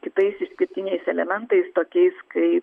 kitais išskirtiniais elementais tokiais kaip